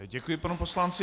Děkuji panu poslanci.